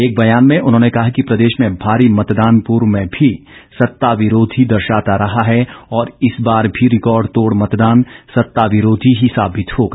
एक ब्यान में उन्होंने कहा कि प्रदेश में भारी मतदान पूर्व में भी सत्ता विरोधी दर्शाता रहा है और इस बार भी रिकॉर्ड तोड़ मतदान सत्ता विरोधी ही साबित होगा